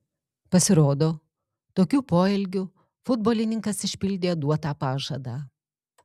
pasirodo tokiu poelgiu futbolininkas išpildė duotą pažadą